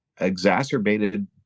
exacerbated